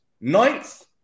ninth